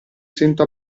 sento